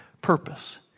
purpose